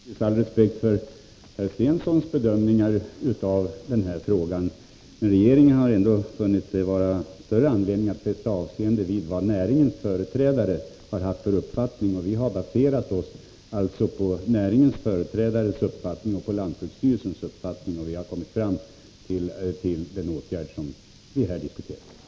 Herr talman! Jag har naturligtvis all respekt för herr Stenssons bedömningar av denna fråga. Men regeringen har funnit större anledning att fästa avseende vid vad näringens företrädare har haft för åsikt. Vi har baserat vårt agerande på deras uppfattning och på lantbruksstyrelsens uppfattning. Vi har då kommit fram till den åtgärd som vi här diskuterar.